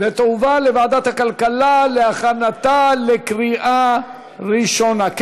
ותועבר לוועדת הכלכלה להכנתה לקריאה ראשונה.